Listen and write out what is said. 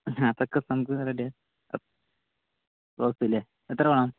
അതൊക്കെ നമുക്ക് റെഡി റോസ് അല്ലെ എത്ര വേണം